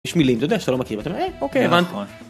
יש מילים אתה יודע שאתה לא מכיר, אתה אומר אה אוקיי הבנתי.